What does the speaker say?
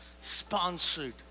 sponsored